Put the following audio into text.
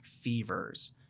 fevers